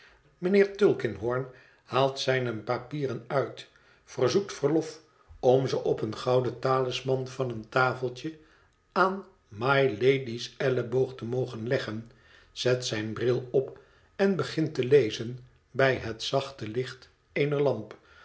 mijnheer tulkinghorn haalt zijne papieren uit verzoekt verlof om ze op een gouden talisman van een tafeltje aan mylady's elleboog te mogen leggen zet zijn bril op en begint te lezen bij het zachte licht eener lamp